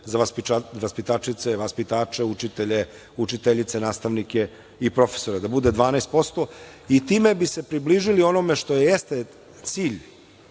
baš bude za vaspitače, učitelje, učiteljice, nastavnike i profesore, da bude 12% i time bi se približili onome što jeste cilj